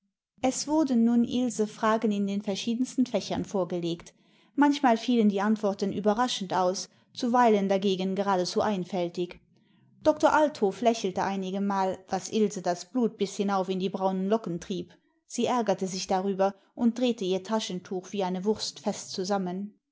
es wurden nun ilse fragen in den verschiedensten fächern vorgelegt manchmal fielen die antworten überraschend aus zuweilen dagegen geradezu einfältig doktor althoff lächelte einigemal was ilse das blut bis hinauf in die braunen locken trieb sie ärgerte sich darüber und drehte ihr taschentuch wie eine wurst fest zusammen